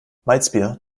malzbier